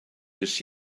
this